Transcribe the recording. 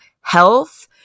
health